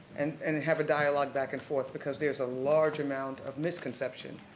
and and and have a dialog back and forth because there's a large amount of mis conception